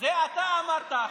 את זה אתה אמרת עכשיו.